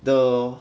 the